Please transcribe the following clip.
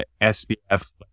SBF